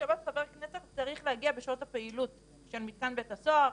חבר כנסת צריך להגיע בשעות הפעילות של מתקן בית הסוהר,